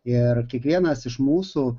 ir kiekvienas iš mūsų